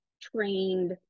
trained